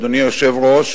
אדוני היושב-ראש,